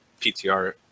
PTR